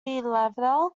laval